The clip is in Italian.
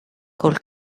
col